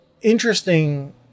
interesting